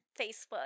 Facebook